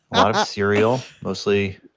a lot of cereal, mostly